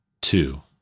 two